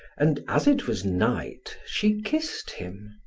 and as it was night, she kissed him.